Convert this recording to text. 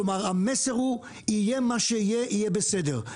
כלומר המסר הוא יהיה מה שיהיה, יהיה בסדר.